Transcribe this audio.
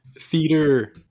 theater